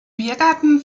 biergarten